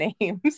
names